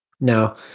Now